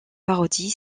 parodie